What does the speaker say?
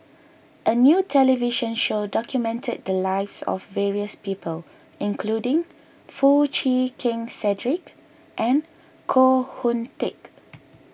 a new television show documented the lives of various people including Foo Chee Keng Cedric and Koh Hoon Teck